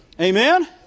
Amen